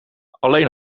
alleen